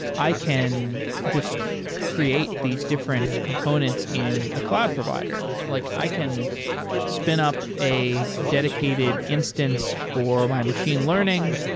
i can just create these different components in a cloud provider. like i can spin up a dedicated instance for my machine learning.